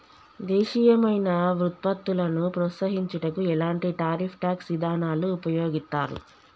దేశీయమైన వృత్పత్తులను ప్రోత్సహించుటకు ఎలాంటి టారిఫ్ ట్యాక్స్ ఇదానాలు ఉపయోగిత్తారు